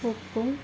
ಉಪ್ಪು